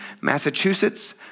Massachusetts